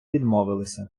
відмовилися